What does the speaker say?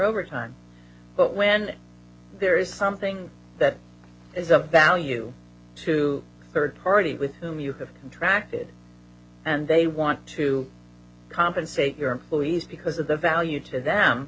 over time but when there is something that is of value to third party with whom you have interacted and they want to compensate your employees because of the value to them